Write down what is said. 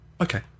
okay